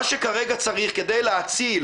מה שכרגע צריך כדי להציל